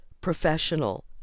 professional